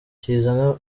kizana